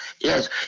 Yes